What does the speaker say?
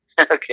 Okay